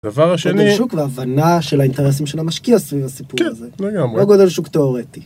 דבר השני הבנה של האינטרסים של המשקיע סביב הסיפור גודל שוק תאורטי.